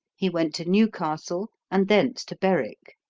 he went to newcastle, and thence to berwick.